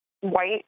white